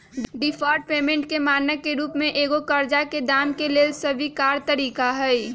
deferred payment के मानक के रूप में एगो करजा के दाम के लेल स्वीकार तरिका हइ